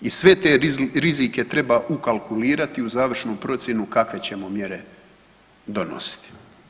I sve te rizike treba ukalkulirati u završnu procjenu kakve ćemo mjere donositi.